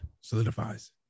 solidifies